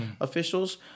officials